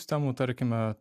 sistemų tarkime